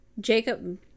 Jacob